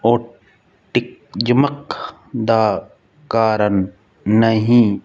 autism ਦਾ ਕਾਰਨ ਨਹੀਂ